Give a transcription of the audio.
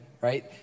Right